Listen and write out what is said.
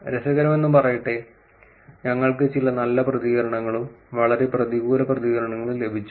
രസകരമെന്നു പറയട്ടെ ഞങ്ങൾക്ക് ചില നല്ല പ്രതികരണങ്ങളും വളരെ പ്രതികൂല പ്രതികരണങ്ങളും ലഭിച്ചു